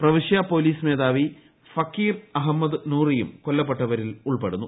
പ്രവിശ്യ പൊലീസ് മേധാവി ഫക്കീർ അഹമ്മദ് നൂറിയും കൊല്ലപ്പെട്ടവരിൽ ഉൾപ്പെടുന്നു